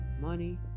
money